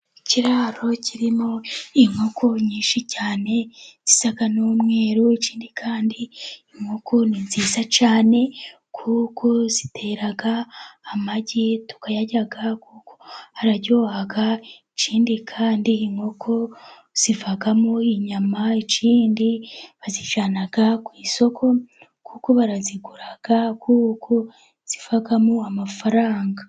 Ikiraro kirimo inkoko nyinshi cyane zisa n'umweru ,ikindi kandi inkoko ni nziza cyane kuko zitera amagi, tukayarya kuko araryoha, ikindi kandi inkoko zivamo inyama, ikindi bazicana ku isoko ,kuko barazigura kuko zivamo amafaranga.